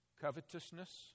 covetousness